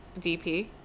DP